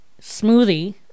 smoothie